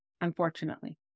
unfortunately